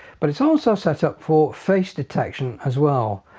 but it's also set up for face detection as well.